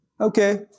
Okay